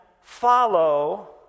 follow